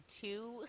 two